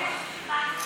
מרצ